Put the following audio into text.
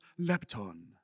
Lepton